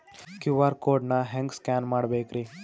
QR code ನಾ ಹೆಂಗ scan ಮಾಡಬೇಕ್ರಿ?